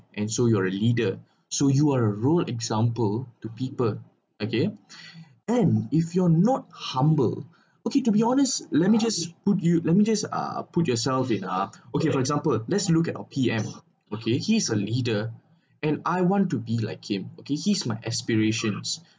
and so you're a leader so you are a role example to people okay and if you're not humble okay to be honest let me just put you let me just uh put yourself in uh okay for example let's look at our P_M okay he's a leader and I want to be like him okay he's my aspirations